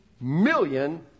million